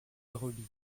brebis